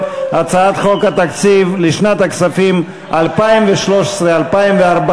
את הצעת חוק התקציב לשנות הכספים 2013 ו-2014,